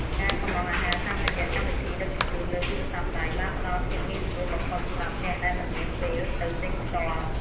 ការកម្ម៉ង់អាហារតាមរយៈកម្មវិធីដឹកជញ្ជូនលើទូរស័ព្ទដៃបានផ្ដល់ភាពងាយស្រួលបំផុតសម្រាប់អ្នកដែលមិនមានពេលទៅទិញផ្ទាល់។